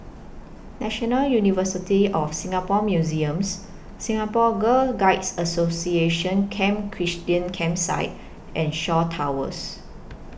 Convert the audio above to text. National University of Singapore Museums Singapore Girl Guides Association Camp Christine Campsite and Shaw Towers